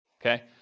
Okay